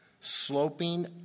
sloping